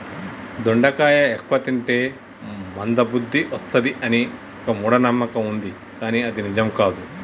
దొండకాయ ఎక్కువ తింటే మంద బుద్ది వస్తది అని ఒక మూఢ నమ్మకం వుంది కానీ అది నిజం కాదు